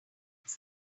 this